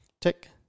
tick